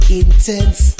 intense